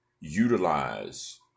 utilize